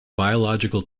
biological